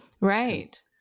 Right